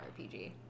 RPG